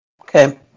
Okay